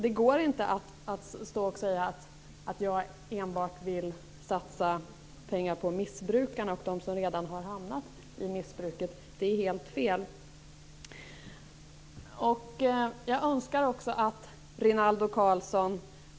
Man kan alltså inte påstå att jag enbart vill satsa pengar på dem som redan har hamnat i missbruk. Det är helt fel.